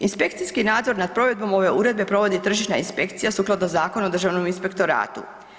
Inspekcijski nadzor nad provedbom ove uredbe provodi tržišna inspekcija sukladno Zakonu o Državnom inspektoratu.